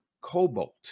Cobalt